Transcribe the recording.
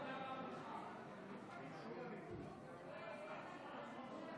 אני רוצה להכריז על תוצאות